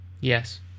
Yes